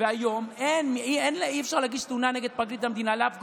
היום אי-אפשר להגיש תלונה נגד פרקליט המדינה לאף גורם.